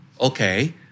Okay